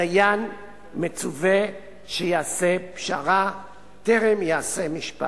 הדיין מצווה שיעשה פשרה טרם יעשה משפט.